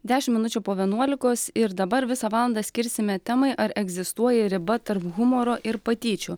dešim minučių po vienuolikos ir dabar visą valandą skirsime temai ar egzistuoja riba tarp humoro ir patyčių